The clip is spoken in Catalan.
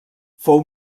fou